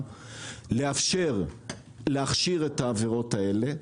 לאפשר להכשיר את העבירות האלה,